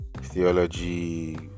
theology